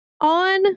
on